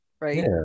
right